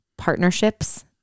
partnerships